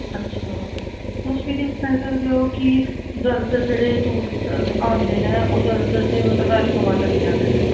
अच्छा तुस मिगी सनाई सकदे ओ कि ज्यादातर जेह्ड़े टुरिस्ट आन्दे ने ओह् ज्यादातर ते मतलब वैश्नो माता लेई आन्दे न